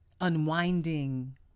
unwinding